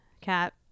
cat